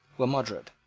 were moderate.